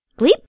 Bleep